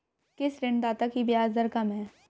किस ऋणदाता की ब्याज दर कम है?